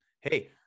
hey